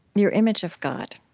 your image of god,